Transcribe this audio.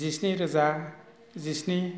जिस्नि रोजा जिस्नि